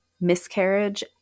miscarriage